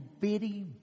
bitty